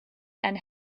and